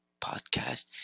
podcast